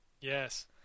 Yes